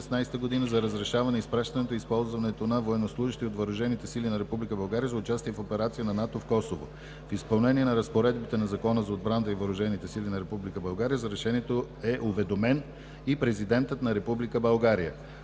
за разрешаване и изпращането и използването на военнослужещи от Въоръжените сили на Република България за участие в операции на НАТО в Косово. В изпълнение на разпоредбите на Закона за отбраната и Въоръжените сили на Република България за решението е уведомен и президентът на